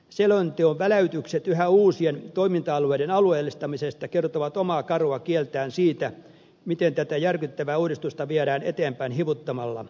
selonteon väläytykset yhä uusien toiminta alueiden alueellistamisesta kertovat omaa karua kieltään siitä miten tätä järkyttävää uudistusta viedään eteenpäin hivuttamalla